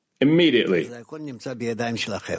immediately